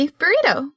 burrito